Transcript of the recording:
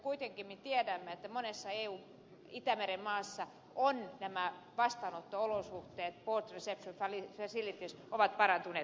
kuitenkin me tiedämme että monessa eun itämeren maassa nämä vastaanotto olosuhteet port reception facilities ovat parantuneet huomattavasti